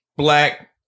black